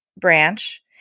branch